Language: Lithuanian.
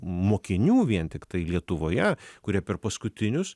mokinių vien tiktai lietuvoje kurie per paskutinius